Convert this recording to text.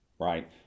right